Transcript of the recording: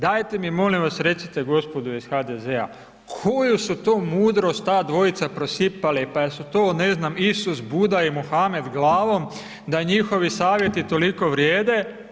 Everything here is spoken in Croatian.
Dajte mi molim vas recite gospodo iz HDZ-a, koju su to mudrost ta dvojica prosipali, pa jesu to, ne znam, Isus, Buda i Muhamed glavom, da njihovi savjeti toliko vrijede?